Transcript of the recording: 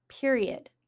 period